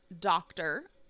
doctor